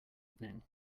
evening